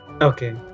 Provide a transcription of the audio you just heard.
okay